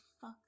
fuck